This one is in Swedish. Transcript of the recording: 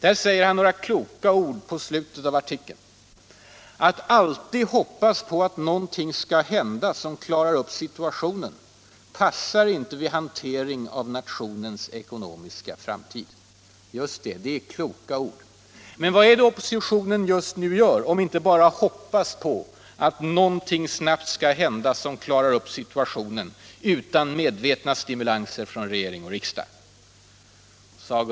Där säger han några kloka ord i slutet av artikeln: ”Att alltid hoppas på att någonting skall hända som klarar upp situationen passar inte vid hantering av nationens ekonomiska framtid.” Just det! Det är kloka ord. Men vad är det oppositionen just nu gör om inte bara hoppas på att någonting snabbt skall hända som klarar upp situa Allmänpolitisk debatt Allmänpolitisk debatt tionen utan medvetna stimulanser från regering och riksdag?